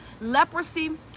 leprosy